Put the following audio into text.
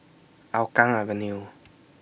Hougang Avenue